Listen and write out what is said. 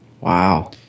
wow